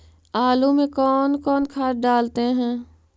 आलू में कौन कौन खाद डालते हैं?